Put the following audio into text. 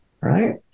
right